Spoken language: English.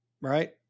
Right